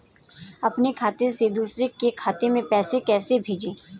अपने खाते से दूसरे के खाते में पैसे को कैसे भेजे?